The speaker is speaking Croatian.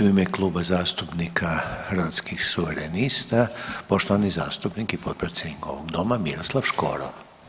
u ime Kluba zastupnika Hrvatskih suverenista poštovani zastupnik i potpredsjednik ovog doma Miroslav Škoro.